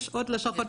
יש עוד לשכות.